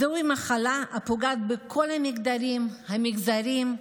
זוהי מחלה הפוגעת בכל המגדרים, המגזרים,